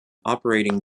operating